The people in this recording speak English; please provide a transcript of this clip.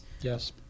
Yes